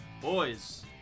Boys